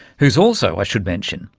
who's also, i should mention,